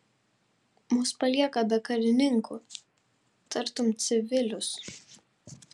mus palieka be karininkų tartum civilius